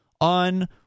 on